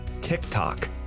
TikTok